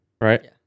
Right